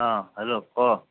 অ hello ক